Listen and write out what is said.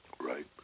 right